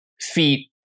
feet